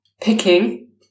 picking